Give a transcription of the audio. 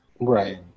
right